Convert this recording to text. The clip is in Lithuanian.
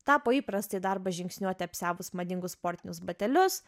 tapo įprasta į darbą žingsniuoti apsiavus madingus sportinius batelius